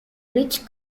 rich